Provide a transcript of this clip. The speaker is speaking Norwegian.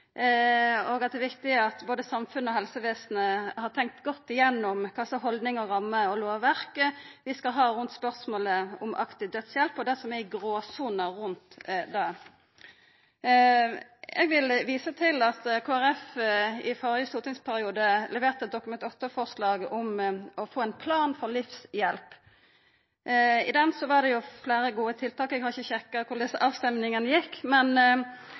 og det er viktig at både samfunn og helsevesen har tenkt godt igjennom kva slags haldningar, rammer og lovverk vi skal ha rundt spørsmålet om aktiv dødshjelp og gråsonene rundt det. Eg vil visa til at Kristeleg Folkeparti i førre stortingsperiode leverte eit Dokument 8-forslag om å få ein plan for livshjelp. I den var det fleire gode tiltak. Eg har ikkje sjekka korleis avstemminga gjekk, men